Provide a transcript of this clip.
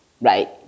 right